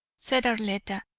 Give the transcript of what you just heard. said arletta,